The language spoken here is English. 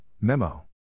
memo